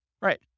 Right